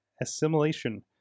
assimilation